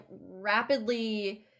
rapidly